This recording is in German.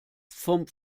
von